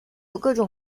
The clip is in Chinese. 各种